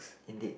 indeed